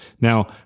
Now